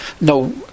no